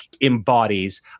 embodies